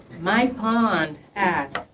mike pond asks,